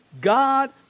God